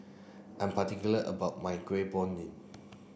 I'm particular about my